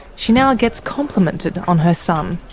she now gets complimented on her son.